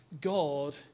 God